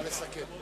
נא לסכם.